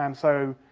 um so,